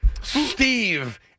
Steve